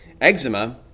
Eczema